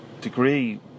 degree